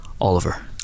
Oliver